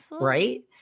right